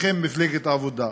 לכם, מפלגת העבודה,